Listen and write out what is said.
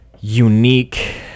Unique